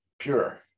pure